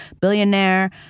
billionaire